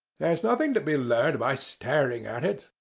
there's nothing to be learned by staring at it.